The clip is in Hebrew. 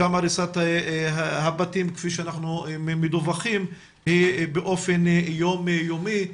שם הריסת הבתים כפי שאנחנו מדווחים היא באופן יום-יומי.